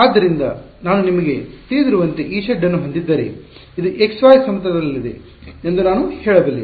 ಆದ್ದರಿಂದ ನಾನು ನಿಮಗೆ ತಿಳಿದಿರುವಂತೆ Ez ಅನ್ನು ಹೊಂದಿದ್ದರೆ ಇದು xy ಸಮತಲದಲ್ಲಿದೆ ಎಂದು ನಾನು ಹೇಳಬಲ್ಲೆ